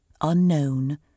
Unknown